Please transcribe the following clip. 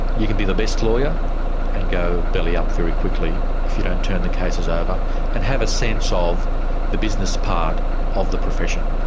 you can be the best lawyer and go belly-up very quickly if you don't turn the cases over and have a sense ah of the business part of the profession.